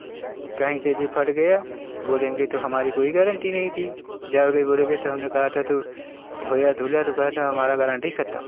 कहीं से भी फट गया बोलेंगे तो हमारी कोई गारंटी नहीं थी जाओगे बोलोगे तो हमने कहा था तो धोया धुला तो कहा था हमारा गारंटी खत्म